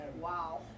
Wow